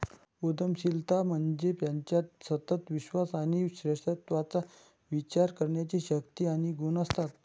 उद्यमशीलता म्हणजे ज्याच्यात सतत विश्वास आणि श्रेष्ठत्वाचा विचार करण्याची शक्ती आणि गुण असतात